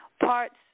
Parts